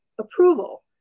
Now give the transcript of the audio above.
approval